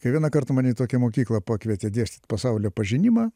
kai vieną kartą mane į tokią mokyklą pakvietė dėstyt pasaulio pažinimą